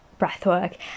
breathwork